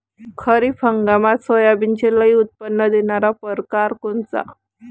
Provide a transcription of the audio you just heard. खरीप हंगामात सोयाबीनचे लई उत्पन्न देणारा परकार कोनचा?